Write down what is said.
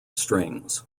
strings